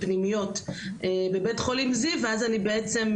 פנימיות בבית חולים זיו ואז אני בעצם,